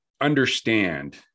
understand